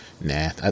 nah